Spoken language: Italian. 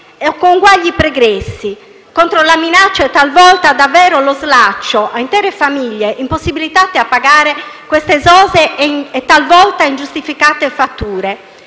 conguagli pregressi, contro minacce e talvolta lo slaccio a intere famiglie impossibilitate a pagare queste esose, talvolta ingiustificate, fatture.